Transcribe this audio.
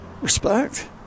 respect